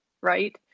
right